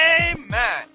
Amen